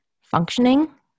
functioning